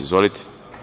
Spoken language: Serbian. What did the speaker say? Izvolite.